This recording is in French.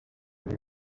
elle